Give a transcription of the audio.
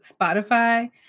Spotify